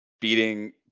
beating